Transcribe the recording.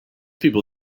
people